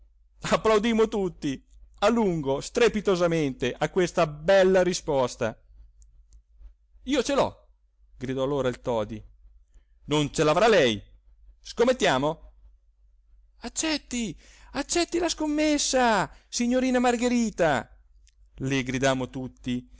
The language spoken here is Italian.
applaudimmo tutti a lungo strepitosamente a questa bella risposta io ce l'ho gridò allora il todi non ce l'avrà lei scommettiamo accetti accetti la scommessa signorina margherita le gridammo tutti